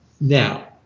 Now